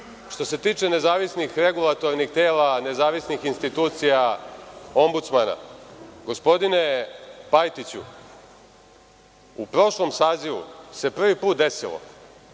što se tiče nezavisnih regulatornih tela, nezavisnih institucija ombudsmana, gospodine Pajtiću, u prošlom sazivu se prvi put desilo